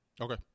Okay